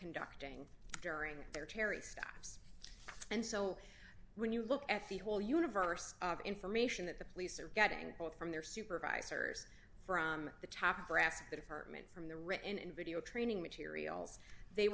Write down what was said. conducting during their terry stops and so when you look at the whole universe of information that the police are getting both from their supervisors from the top brass the departments from the written in video training materials they